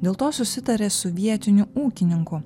dėl to susitarė su vietiniu ūkininku